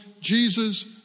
Jesus